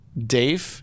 Dave